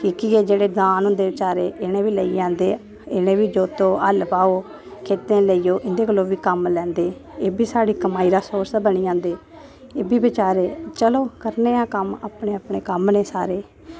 की कि एह् दांद होंदे बचारे इनें ई बी लेई जंदे इनें बी जोत्तो हल्ल बाहो खेत्तें लेई जाओ इंदे कोला बी कम्म लैंदे एह् बी साढ़ी कमाई दा सोर्स गै बनी जंदे एह् बी बचारे चलो करने आं कम्म अपने अपने कम्म ने सारे